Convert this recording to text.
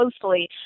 closely